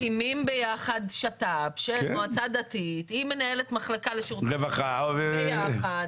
מקימים ביחד שת"פ של מועצה דתית עם מנהלת מחלקה לשירותי רווחה ביחד,